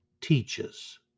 teaches